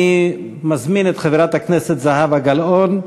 אני מזמין את חברת הכנסת זהבה גלאון.